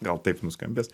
gal taip nuskambės